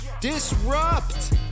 Disrupt